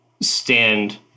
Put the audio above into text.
stand